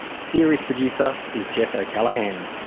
series producer is jess o'callaghan,